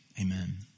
Amen